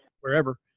wherever